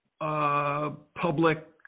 public